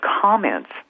comments